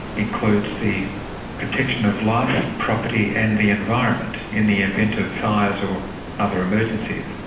includes the protection of life, property and the environment in the event of fires or other emergencies.